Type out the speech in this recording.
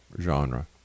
genre